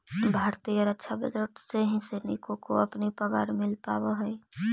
भारतीय रक्षा बजट से ही सैनिकों को अपनी पगार मिल पावा हई